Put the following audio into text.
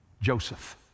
Joseph